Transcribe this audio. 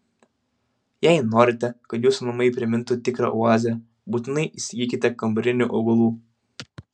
jei norite kad jūsų namai primintų tikrą oazę būtinai įsigykite kambarinių augalų